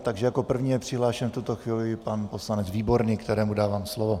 Takže jako první je přihlášen v tuto chvíli pan poslanec Výborný, kterému dávám slovo.